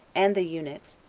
and the eunuchs,